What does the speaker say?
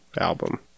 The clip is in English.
album